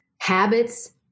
habits